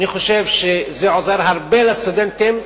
אני חושב שזה עוזר הרבה לסטודנטים.